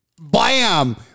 Bam